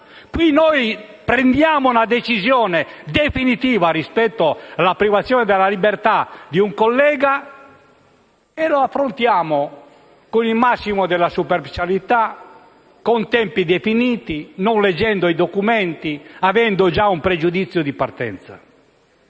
Qui noi prendiamo una decisione definitiva rispetto alla privazione della libertà di un collega e la affrontiamo con il massimo della superficialità, con tempi definiti, non leggendo i documenti e avendo già un pregiudizio di partenza.